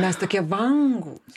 mes tokie vangūs